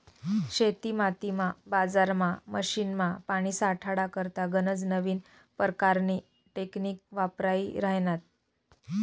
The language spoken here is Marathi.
शेतीमातीमा, बजारमा, मशीनमा, पानी साठाडा करता गनज नवीन परकारनी टेकनीक वापरायी राह्यन्यात